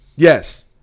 Yes